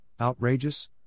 outrageous